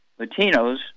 Latinos